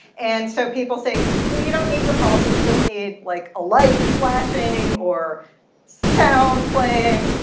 and so people say, well, you don't need the policy. you just need like a light flashing or sound playing.